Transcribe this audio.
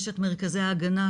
יש את מרכזי ההגנה,